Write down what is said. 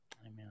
Amen